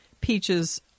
peaches